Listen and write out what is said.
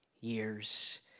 years